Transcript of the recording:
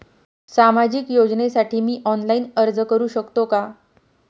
सामाजिक योजनेसाठी मी ऑनलाइन अर्ज करू शकतो का?